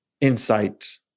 insight